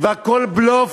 והכול בלוף,